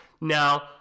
Now